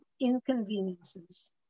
inconveniences